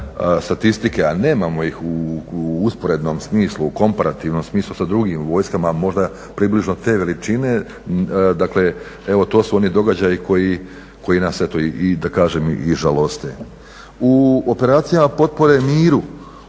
U operacijama potpore miru